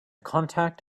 contact